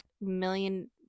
million